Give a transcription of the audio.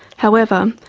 however,